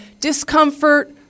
discomfort